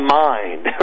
mind